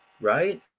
right